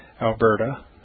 Alberta